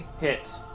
hit